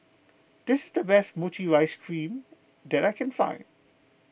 this is the best Mochi Ice Cream that I can find